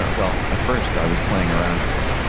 ah well, at first i was playing around with it,